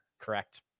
Correct